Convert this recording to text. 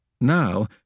Now